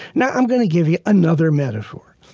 now i'm going to give you another metaphor.